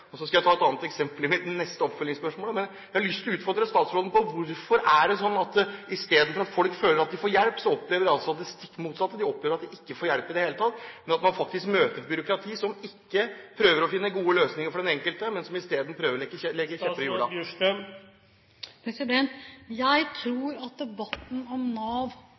Så skal jeg ta det andre eksempelet i mitt neste spørsmål. Men jeg har lyst til å utfordre statsråden: Hvorfor er det sånn at i stedet for at folk føler de får hjelp, så opplever de det stikk motsatte? De opplever at de ikke får hjelp i det hele tatt, men at de faktisk møter et byråkrati som ikke prøver å finne gode løsninger for den enkelte, men som i stedet prøver å stikke kjepper i hjulene. Jeg tror at debatten om Nav